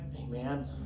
Amen